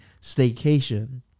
staycation